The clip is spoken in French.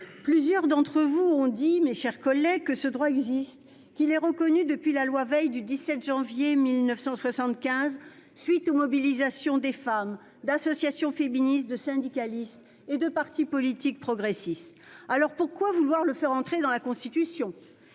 Plusieurs d'entre vous, mes chers collègues, ont dit que ce droit existait et qu'il était reconnu depuis la loi Veil du 17 janvier 1975, à la suite des mobilisations de femmes, d'associations féministes, de syndicalistes et de partis politiques progressistes. Alors, pourquoi vouloir le faire entrer dans la Constitution ?